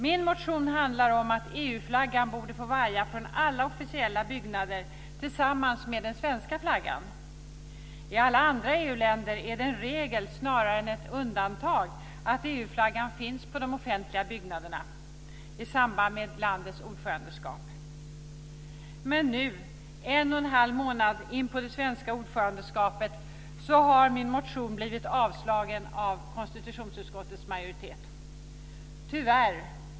Min motion handlar om att EU-flaggan borde få vaja från alla officiella byggnader tillsammans med den svenska flaggan. I alla andra EU-länder är det en regel snarare än ett undantag att EU-flaggan finns på de offentliga byggnaderna i samband med landets ordförandeskap. Nu, en och en halv månad in på det svenska ordförandeskapet, har min motion blivit avstyrkt av konstitutionsutskottets majoritet, tyvärr.